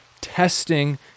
testing